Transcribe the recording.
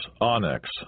onyx